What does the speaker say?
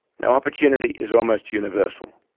now opportunity is almost universal,